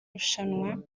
rushanwa